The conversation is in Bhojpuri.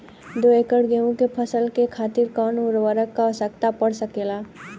दो एकड़ गेहूँ के फसल के खातीर कितना उर्वरक क आवश्यकता पड़ सकेल?